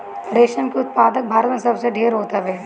रेशम के उत्पादन भारत में सबसे ढेर होत हवे